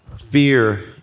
fear